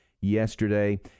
Yesterday